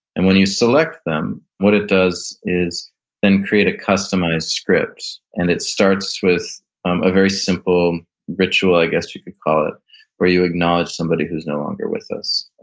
and when you select them, what it does is then create a customized script, and it starts with um a very simple ritual i guess you could call it where you acknowledge somebody who's not longer with us,